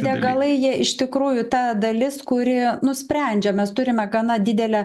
degalai jie iš tikrųjų ta dalis kuri nusprendžia mes turime gana didelę